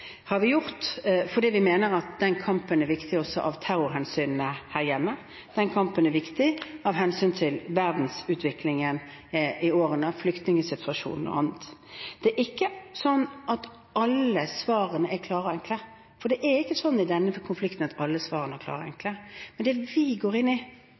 har vi gjort fordi vi mener at den kampen er viktig også av terrorhensyn her hjemme. Den kampen er viktig av hensyn til verdensutviklingen i årene framover, flyktningsituasjonen og annet. Det er ikke slik at alle svarene er klare og enkle, for det er ikke slik i denne konflikten at alle svarene er klare og enkle. Men det vi går inn i,